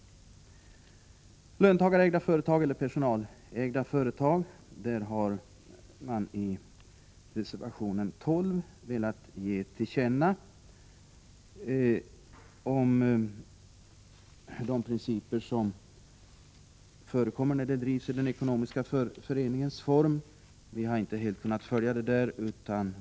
Beträffande löntagarägda företag eller personalägda företag har man i reservation 12 velat ge till känna de principer som förekommer när företaget drivsi den ekonomiska föreningens form. Vi har inte helt kunnat följa det.